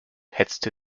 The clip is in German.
hetzte